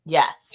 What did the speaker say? Yes